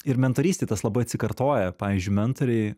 ir mentorystėj tas labai atsikartoja pavyzdžiui mentoriai